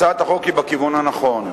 הצעת החוק היא בכיוון הנכון.